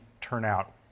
turnout